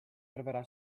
troverà